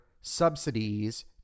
subsidies